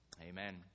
Amen